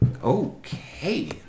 Okay